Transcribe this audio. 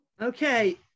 Okay